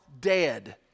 dead